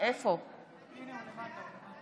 (קוראת בשמות חברי הכנסת)